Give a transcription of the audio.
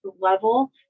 level